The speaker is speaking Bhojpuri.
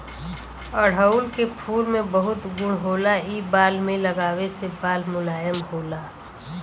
अढ़ऊल के फूल में बहुत गुण होला इ बाल में लगावे से बाल मुलायम होला